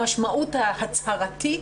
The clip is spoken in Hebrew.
המשמעות ההצהרתית,